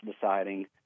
deciding